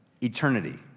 Eternity